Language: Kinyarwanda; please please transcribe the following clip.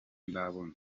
ndabona